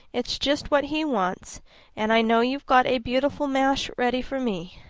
it's just what he wants and i know you've got a beautiful mash ready for me.